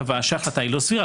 קבע שההחלטה לא סבירה,